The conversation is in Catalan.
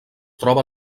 troba